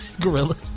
Gorilla